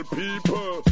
people